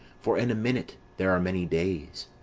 for in a minute there are many days.